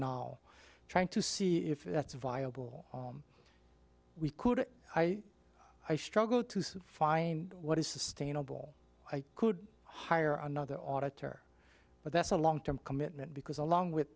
now trying to see if that's viable we could i i struggle to find what is sustainable i could hire another auditor but that's a long term commitment because along with